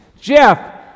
Jeff